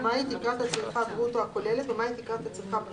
אז יש פה תהליך מסוים שאנחנו רוצים שיקרה.